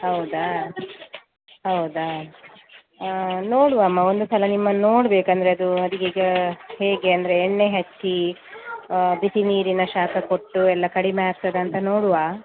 ಹೌದಾ ಹೌದಾ ನೋಡುವ ಅಮ್ಮ ಒಂದು ಸಲ ನಿಮ್ಮನ್ನು ನೋಡ್ಬೇಕು ಅಂದರೆ ಅದು ಅದಕೀಗ ಹೇಗೆ ಅಂದರೆ ಎಣ್ಣೆ ಹಚ್ಚಿ ಬಿಸಿನೀರಿನ ಶಾಖ ಕೊಟ್ಟು ಎಲ್ಲ ಕಡಿಮೆ ಆಗ್ತದಾ ಅಂತ ನೋಡುವ